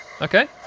Okay